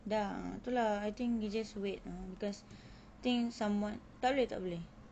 dah tu lah I think you just wait ah because think somewhat tak boleh tak boleh